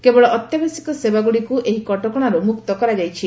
କେବଳ ଅତ୍ୟାବଶ୍ୟକ ସେବା ଗୁଡିକୁ ଏହି କଟକଣାରୁ ମୁକ୍ତ କରାଯାଇଛି